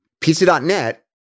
Pizza.net